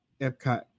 Epcot